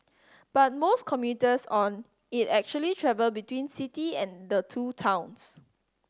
but most commuters on it actually travel between city and the two towns